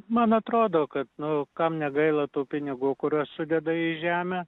man atrodo kad nu kam negaila tų pinigų kuriuos sudeda į žemę